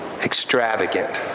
extravagant